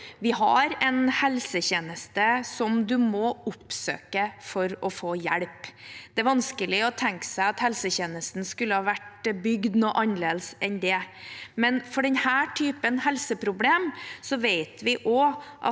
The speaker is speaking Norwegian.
Vi har en helsetjeneste som man må oppsøke for å få hjelp. Det er vanskelig å tenke seg at helsetjenesten skulle ha vært bygd noe annerledes enn det, men for denne typen helseproblem vet vi at